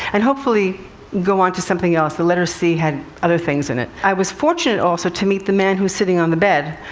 and hopefully go on to something else. the letter c had other things in it. i was fortunate also, to meet the man who's sitting on the bed,